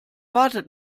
wartet